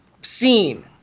seen